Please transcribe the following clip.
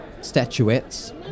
statuettes